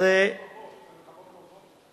זה מלחמות טובות, מלחמות טובות.